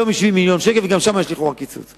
היום יש לי מיליון שקל וגם שם יש לכאורה קיצוץ.